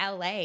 LA